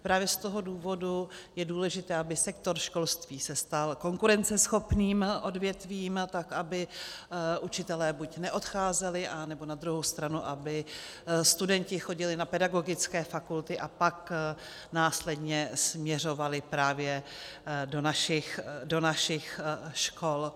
Právě z toho důvodu je důležité, aby se sektor školství stal konkurenceschopným odvětvím, tak aby učitelé buď neodcházeli, anebo na druhou stranu aby studenti chodili na pedagogické fakulty a pak následně směřovali právě do našich škol.